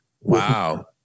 Wow